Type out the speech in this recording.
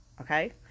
okay